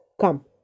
Come